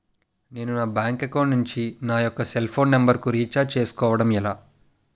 నేను నా bank account నుంచి నా యెక్క సెల్ ఫోన్ నంబర్ కు రీఛార్జ్ చేసుకోవడం ఎలా?